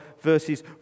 verses